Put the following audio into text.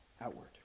outward